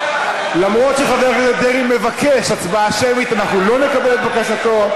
למרות שחבר הכנסת דרעי מבקש הצבעה שמית אנחנו לא נקבל את בקשתו,